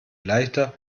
leichter